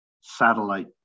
satellite